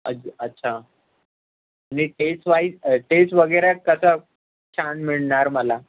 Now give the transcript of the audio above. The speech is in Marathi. अच्छा नाही टेस्ट वाईज टेस्ट वगैरे कसं छान मिळणार मला